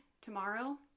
tomorrow